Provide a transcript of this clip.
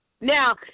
Now